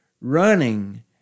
Running